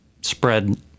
spread